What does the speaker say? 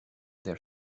their